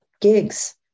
gigs